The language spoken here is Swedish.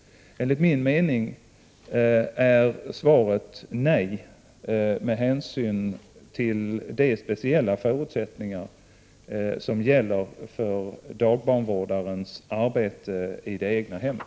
Enligt min uppfattning är svaret nej med hänsyn till de speciella förutsättningar som gäller för dagbarnvårdarens arbete i det egna hemmet.